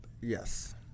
yes